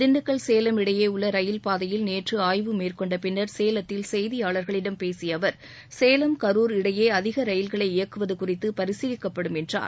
திண்டுக்கல் சேலம் இடையே உள்ள ரயில்பாதையில் நேற்று ஆய்வு மேற்கொண்ட பின்னா் சேலத்தில் செய்தியாளர்களிடம் பேசிய அவர் சேலம் கரர் இடையே அதிக ரயில்களை இயக்குவது குறித்து பரிசீலிக்கப்படும் என்றார்